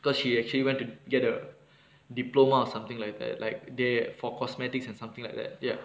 because she actually went to get a diploma or something like that like they for cosmetics and something like that ya